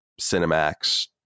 Cinemax